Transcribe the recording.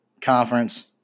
conference